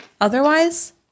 Otherwise